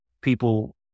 people